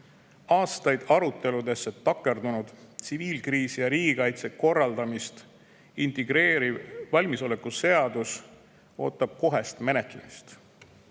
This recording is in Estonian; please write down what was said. Aastaid aruteludesse takerdunud tsiviilkriisi ja riigikaitse korraldamist integreeriv valmisoleku seadus ootab kohest menetlemist.